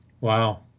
Wow